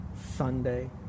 Sunday